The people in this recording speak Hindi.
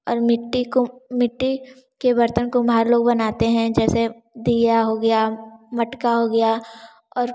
और मिट्टी को मिट्टी के बर्तन कुम्हार लोग बनाते हैं जैसे दीया हो गया मटका हो गया और